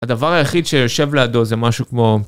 הדבר היחיד שיושב לידו זה משהו כמו...